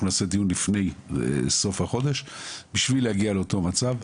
נעשה דיון לפני סוף החודש בשביל להגיע לאותו מצב,